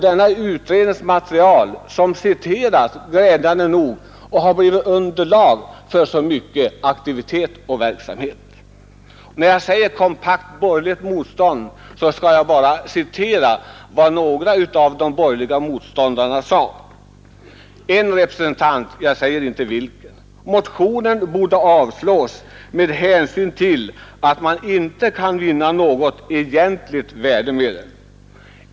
Detta utredningsmaterial har citerats, glädjande nog, och har blivit underlag för många aktiviteter och verksamheter. Eftersom jag talade om ett kompakt borgerligt motstånd skall jag återge vad några av de borgerliga motståndarna då sade. En ledamot, jag säger inte vilken, yttrade att motionen borde avslås med hänsyn till att man inte kan vinna något egentligt värde med den.